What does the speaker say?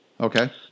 Okay